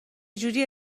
جوری